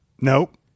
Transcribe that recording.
Nope